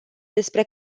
despre